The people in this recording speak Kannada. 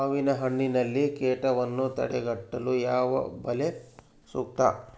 ಮಾವಿನಹಣ್ಣಿನಲ್ಲಿ ಕೇಟವನ್ನು ತಡೆಗಟ್ಟಲು ಯಾವ ಬಲೆ ಸೂಕ್ತ?